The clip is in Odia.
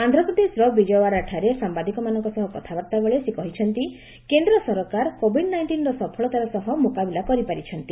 ଆନ୍ଧ୍ରପ୍ରଦେଶର ବିଜୟଓ୍ୱାଡା ଠାରେ ସାମ୍ବାଦିକମାନଙ୍କ ସହ କଥାବାର୍ତ୍ତା ବେଳେ ସେ କହିଛନ୍ତି କେନ୍ଦ୍ର ସରକାର କୋବିଡ୍ ନାଇଷ୍ଟିନ୍ର ସଫଳତାର ସହ ମୁକାବିଲା କରିପାରିଛନ୍ତି